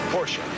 Porsche